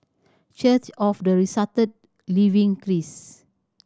Church of the Resurrected Living Christ